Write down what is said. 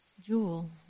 jewel